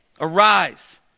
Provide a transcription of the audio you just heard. arise